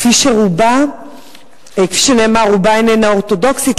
שכפי שנאמר רובה איננה אורתודוקסית,